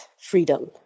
freedom